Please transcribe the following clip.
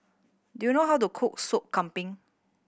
do you know how to cook Soup Kambing